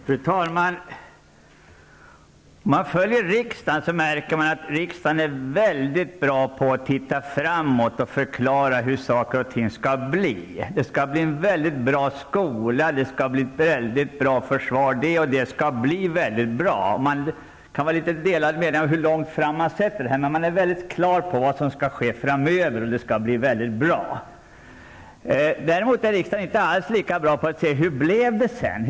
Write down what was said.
Fru talman! Följer man riksdagens arbete märker man att riksdagen är bra på att titta framåt och förklara hur saker och ting skall bli. Det skall bli en bra skola, försvar osv. Det går att ha litet delade meningar om hur långt fram man skall se. Men riksdagen är klar över vad som skall ske framöver, och det skall bli bra. Däremot är inte riksdagen lika bra på att analysera hur det sedan blev.